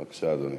בבקשה, אדוני.